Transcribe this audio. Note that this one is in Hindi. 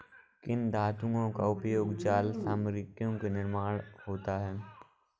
किन धातुओं का उपयोग जाल सामग्रियों के निर्माण में होता है?